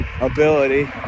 ability